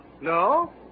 No